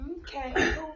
okay